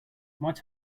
might